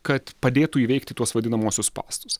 kad padėtų įveikti tuos vadinamuosius spąstus